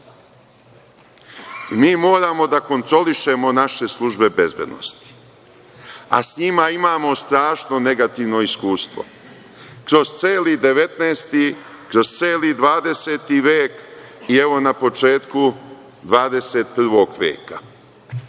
moramo da kontrolišemo naše službe bezbednosti, a sa njima imamo strašno negativno iskustvo, kroz celi 19, kroz celi 20. vek i evo na početku 21. veka.